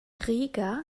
riga